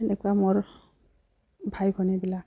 সেনেকুৱা মোৰ ভাই ভনীবিলাক